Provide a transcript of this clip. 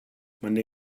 monday